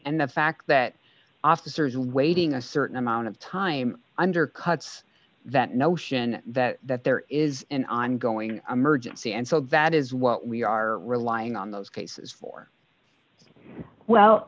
and the fact that officers waiting a certain amount of time undercuts that notion that that there is an ongoing emergency and so bad is what we are relying on those cases for well